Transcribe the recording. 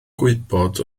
gwybod